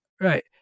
right